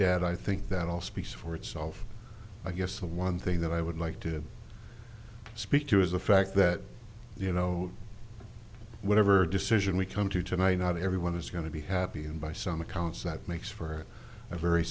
debt i think that all speaks for itself i guess the one thing that i would like to speak to is the fact that you know whatever decision we come to tonight not everyone is going to be happy and by some accounts that makes for a very